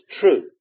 true